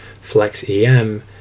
FlexEM